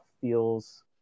feels